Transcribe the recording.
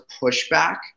pushback